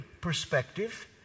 perspective